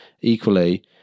equally